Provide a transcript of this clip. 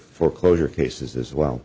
foreclosure cases as well